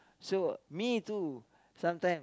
so me too sometimes